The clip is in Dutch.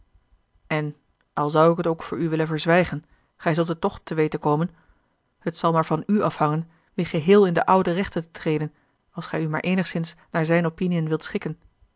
en al zou ik het ook voor u willen verzwijgen gij zult het toch te weten komen het zal maar van u afhangen weêr geheel in de oude rechten te treden als gij u maar eenigszins naar zijne opiniën wilt schikken